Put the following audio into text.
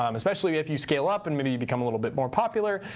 um especially if you scale up and maybe you become a little bit more popular.